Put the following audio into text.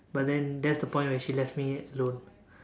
but then that's the point when she left me alone